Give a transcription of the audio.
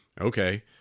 okay